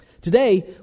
Today